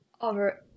over